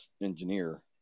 engineer